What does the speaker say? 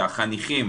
שהחניכים